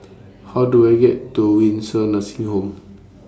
How Do I get to Windsor Nursing Home